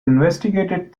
investigated